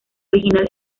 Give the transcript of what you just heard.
original